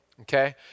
okay